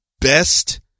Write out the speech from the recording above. best